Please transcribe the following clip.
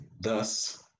thus